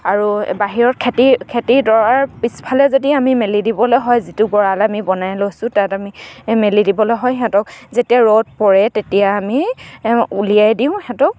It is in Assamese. আৰু বাহিৰত খেতি খেতি দৰাৰ পিছফালে যদি আমি মেলি দিবলৈ হয় যিটো গঁৰাল আমি বনাই লৈছোঁ তাত আমি মেলি দিবলৈ হয় সিহঁতক যেতিয়া ৰ'দ পৰে তেতিয়া আমি উলিয়াই দিওঁ সিহঁতক